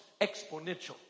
exponential